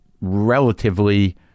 relatively